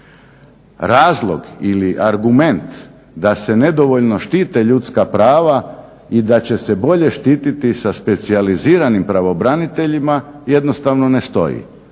Razlog ili argument da se nedovoljno štite ljudska prava i da će se bolje štititi sa specijaliziranim pravobraniteljima jednostavno ne stoji.